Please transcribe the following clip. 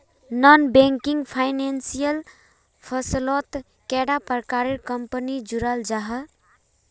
Non banking financial फसलोत कैडा प्रकारेर कंपनी जुराल जाहा?